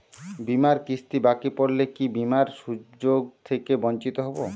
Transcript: বিমার কিস্তি বাকি পড়লে কি বিমার সুযোগ থেকে বঞ্চিত হবো?